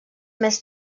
més